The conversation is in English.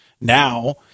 Now